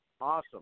awesome